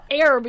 air